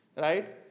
right